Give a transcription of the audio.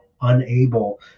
unable